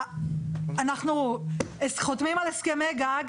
אנחנו חותמים על הסכמי גג,